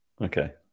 Okay